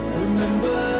remember